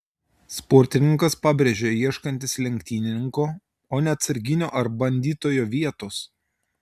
sportininkas pabrėžė ieškantis lenktynininko o ne atsarginio ar bandytojo vietos